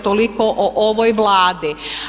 Toliko o ovoj Vladi.